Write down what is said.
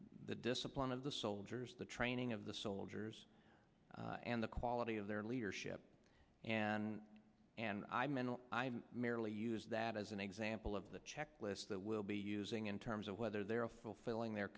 the discipline of the soldiers the training of the soldiers and the quality of their leadership and and i mental i merely use that as an example of the checklist that we'll be using in terms of whether they're fulfilling their